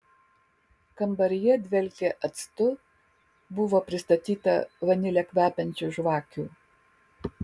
kambaryje dvelkė actu buvo pristatyta vanile kvepiančių žvakių